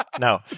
No